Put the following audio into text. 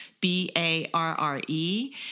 B-A-R-R-E